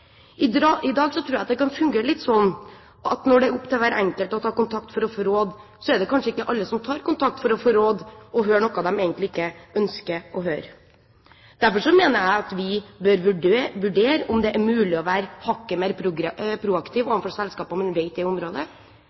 I dag tror jeg det kan fungere litt sånn at når det er opp til hver enkelt å ta kontakt for å få råd, er det kanskje ikke alle som tar kontakt – for å høre noe de egentlig ikke ønsker å høre. Derfor mener jeg at vi bør vurdere om det er mulig å være hakket mer proaktive overfor selskaper man vet